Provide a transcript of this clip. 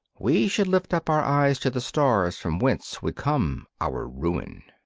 we should lift up our eyes to the stars from whence would come our ruin.